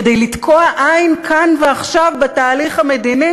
כדי לתקוע בעין כאן ועכשיו, בתהליך המדיני